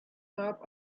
top